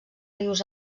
rius